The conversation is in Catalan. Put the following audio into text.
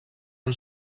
han